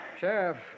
Sheriff